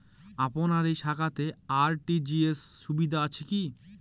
আপনার এই শাখাতে আর.টি.জি.এস সুবিধা আছে কি?